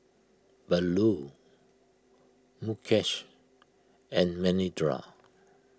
Bellur Mukesh and Manindra